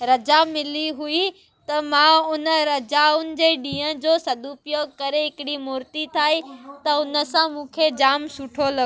रज़ा मिली हुई त मां उन रज़ाउनि जे ॾींहं जो सदुपयोग करे हिकिड़ी मूर्ति ठाही त उन सां मूंखे जाम सुठो लॻियो